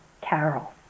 carol